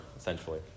Essentially